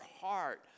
heart